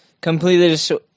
Completely